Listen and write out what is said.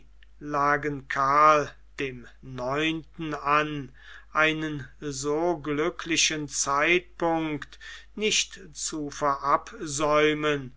lagen karln dem neunten an einen so glücklichen zeitpunkt nicht zu verabsäumen